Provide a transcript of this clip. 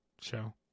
show